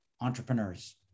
Entrepreneurs